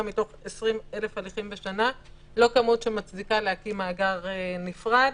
מתוך 20,000 הליכים בשנה להקים מאגר .נפרד.